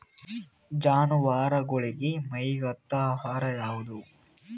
ಜಾನವಾರಗೊಳಿಗಿ ಮೈಗ್ ಹತ್ತ ಆಹಾರ ಯಾವುದು?